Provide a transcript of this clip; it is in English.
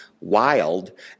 wild